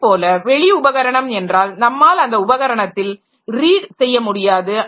அதேபோல் வெளி உபகரணம் என்றால் நம்மால் அந்த உபகரணத்தில் ரீட் செய்ய முடியாது